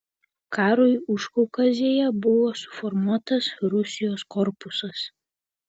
karui užkaukazėje buvo suformuotas rusijos korpusas